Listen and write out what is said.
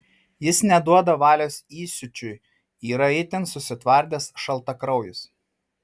jis neduoda valios įsiūčiui yra itin susitvardęs šaltakraujis